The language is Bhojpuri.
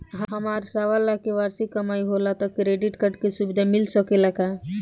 हमार सवालाख के वार्षिक कमाई होला त क्रेडिट कार्ड के सुविधा मिल सकेला का?